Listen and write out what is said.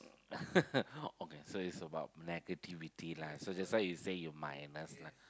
okay so it's about negativity lah so just now you say you minus lah